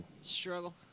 struggle